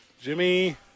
Jimmy